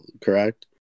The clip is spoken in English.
correct